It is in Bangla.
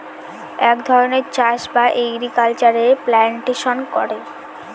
এক ধরনের চাষ বা এগ্রিকালচারে প্লান্টেশন করে